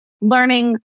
learning